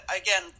again